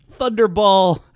Thunderball